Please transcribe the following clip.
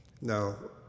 No